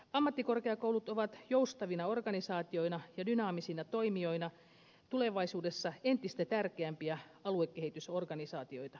ammattikorkeakoulut ovat joustavina organisaatioina ja dynaamisina toimijoina tulevaisuudessa entistä tärkeämpiä aluekehitysorganisaatioita